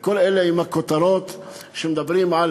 כל אלה עם הכותרות, שמדברים על